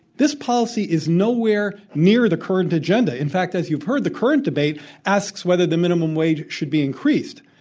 this policy is nowhere near the current agenda. in fact, as you've heard, the current debate asks whether the minimum wage should be increased.